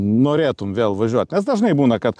norėtum vėl važiuoti nes dažnai būna kad